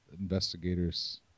investigators